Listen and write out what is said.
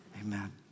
amen